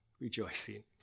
rejoicing